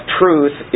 truth